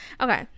okay